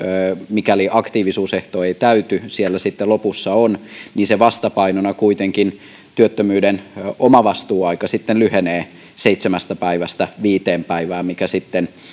mikäli aktiivi suusehto ei täyty siellä sitten lopussa on sen vastapainona kuitenkin työttömyyden omavastuuaika sitten lyhenee seitsemästä päivästä viiteen päivään mikä sitten